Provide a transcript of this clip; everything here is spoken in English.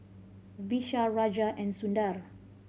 Vishal Raja and Sundar